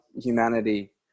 humanity